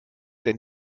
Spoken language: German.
der